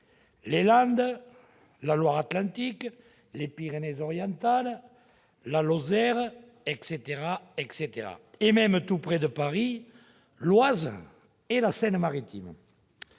les Landes, la Loire-Atlantique, les Pyrénées-Orientales, la Lozère et même, tout près de Paris, l'Oise et la Seine-Maritime.